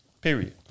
Period